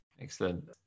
Excellent